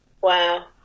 Wow